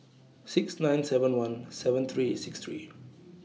six nine seven one seven three six three